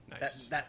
Nice